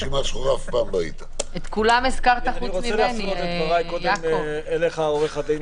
אני רוצה להפנות את דבריי קודם אליך, עו"ד חימי.